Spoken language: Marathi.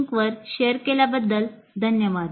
com वर शेअर केल्याबद्दल धन्यवाद